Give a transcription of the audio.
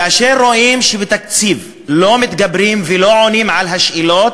כאשר רואים שבתקציב לא מתגברים ולא עונים על השאלות